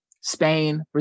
Spain